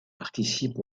participe